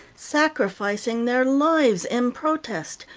sacrificing their lives in protest,